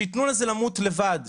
שייתנו לזה למות לבד,